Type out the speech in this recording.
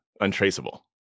untraceable